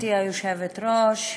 גברתי היושבת-ראש,